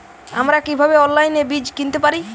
আমরা কীভাবে অনলাইনে বীজ কিনতে পারি?